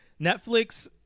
Netflix